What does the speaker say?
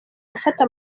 gufata